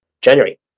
January